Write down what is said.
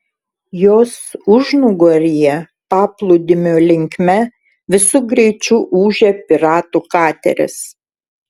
jos užnugaryje paplūdimio linkme visu greičiu ūžė piratų kateris